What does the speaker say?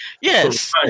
Yes